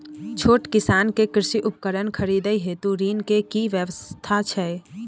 छोट किसान के कृषि उपकरण खरीदय हेतु ऋण के की व्यवस्था छै?